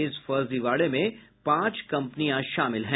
इस फर्जीवाड़े में पांच कम्पनी शामिल हैं